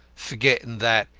forgetting that,